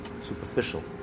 superficial